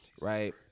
right